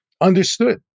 understood